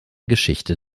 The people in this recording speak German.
geschichte